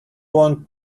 want